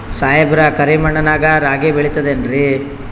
ಸಾಹೇಬ್ರ, ಕರಿ ಮಣ್ ನಾಗ ರಾಗಿ ಬೆಳಿತದೇನ್ರಿ?